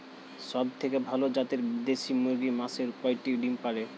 সবথেকে ভালো জাতের দেশি মুরগি মাসে কয়টি ডিম পাড়ে?